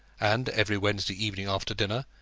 and every wednesday evening after dinner,